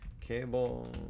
cable